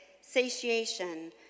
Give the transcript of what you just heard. satiation